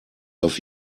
auf